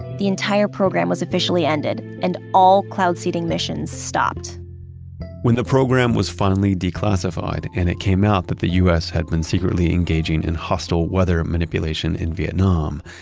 the entire program was officially ended and all cloud seeding missions stopped when the program was finally declassified and it came out that the u s. had been secretly engaging in hostile weather manipulation in vietnam,